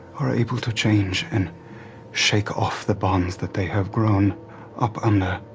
are able to change and shake off the bonds that they have grown up under.